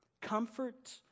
Comfort